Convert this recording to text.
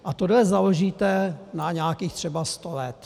A toto založíte na nějakých třeba sto let.